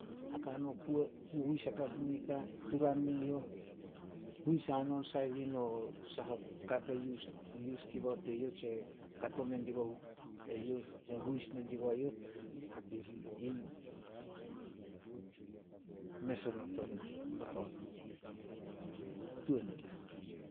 Haka no kuo, huhuis hakap nin nika, turan neyouh. Huis hanon sai bi no sahoka ke yus- yus dibao teyouh tse kato mendibao youh, hapiri. Mes onot on baron, tuan onah.